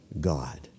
God